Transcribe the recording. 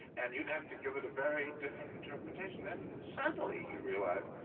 and you'd have to give it a very different interpretation. and suddenly you realise,